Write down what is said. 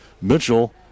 Mitchell